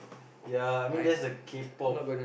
ya I mean that's the K-pop